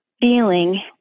feeling